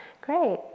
Great